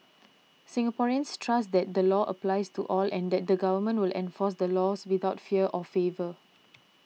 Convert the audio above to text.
Singaporeans trust that the law applies to all and that the government will enforce the laws without fear or favour